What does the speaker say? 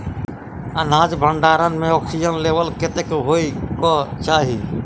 अनाज भण्डारण म ऑक्सीजन लेवल कतेक होइ कऽ चाहि?